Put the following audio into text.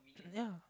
ya